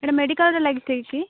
ଏଇଟା ମେଡ଼ିକାଲ୍ରେ ଲାଗିଥାଇଛି